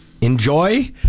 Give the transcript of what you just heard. Enjoy